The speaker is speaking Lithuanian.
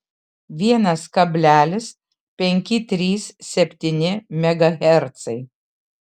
vienas kablelis penki trys septyni megahercai